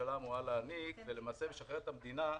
שהממשלה אמורה להעניק ולמעשה משחרר את המדינה מאחריות?